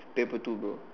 paper two bro